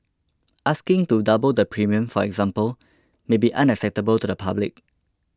asking to double the premium for example may be unacceptable to the public